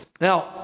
Now